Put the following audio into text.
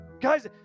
Guys